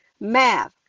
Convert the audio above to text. math